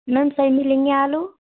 ma'am सही मिलेंगे आलू